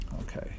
Okay